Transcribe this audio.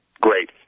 Great